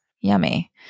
yummy